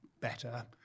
better